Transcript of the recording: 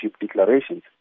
declarations